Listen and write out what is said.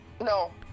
No